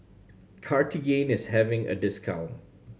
Cartigain is having a discount